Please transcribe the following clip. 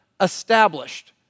established